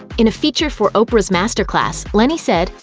in a feature for oprah's master class, lenny said,